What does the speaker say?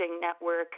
network